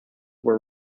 were